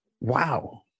Wow